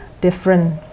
different